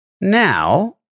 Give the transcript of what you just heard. Now